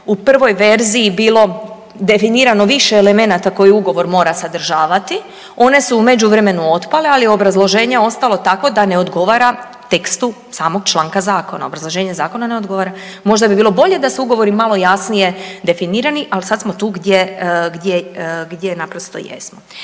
u prvoj verziji bilo definirano više elemenata koje ugovor mora sadržavati, one su u međuvremenu otpale, ali je obrazloženje ostalo takvo da ne odgovara tekstu samog članka zakona. Obrazloženje zakona ne odgovara. Možda bi bilo bolje da su ugovori malo jasnije definirani, ali sam smo tu gdje naprosto jesmo.